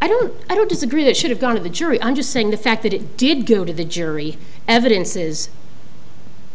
i don't i don't disagree that should have gone to the jury i'm just saying the fact that it did go to the jury evidence is